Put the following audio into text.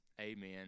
amen